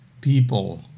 people